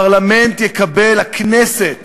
הכנסת